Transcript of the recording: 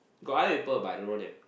got other people but I don't know them